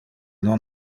non